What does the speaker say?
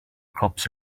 cups